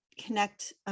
connect